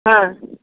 हँ